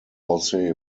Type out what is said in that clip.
jose